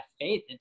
faith